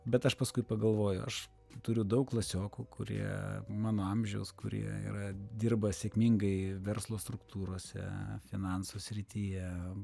bet aš paskui pagalvoju aš turiu daug klasiokų kurie mano amžiaus kurie yra dirba sėkmingai verslo struktūrose finansų srityje